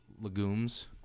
legumes